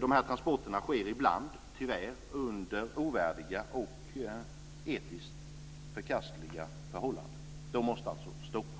De här transporterna sker ibland, tyvärr, under ovärdiga och etiskt förkastliga förhållanden. De måste alltså stoppas.